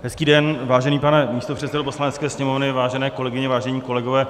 Hezký den, vážený pane místopředsedo Poslanecké sněmovny, vážené kolegyně, vážení kolegové.